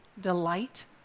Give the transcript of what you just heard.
delight